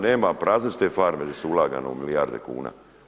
Nema, prazne su te farme gdje su ulagano milijarde kuna.